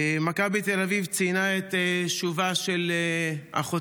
מכבי תל אביב ציינה את שובה של אחותנו